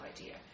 idea